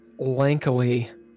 lankily